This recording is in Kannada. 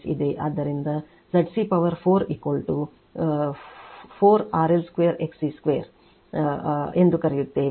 ಆದ್ದರಿಂದ ZC ಪವರ್ 4 4 ಆRL2 XC2 ಎಂದು ಕರೆಯುತ್ತೇವೆ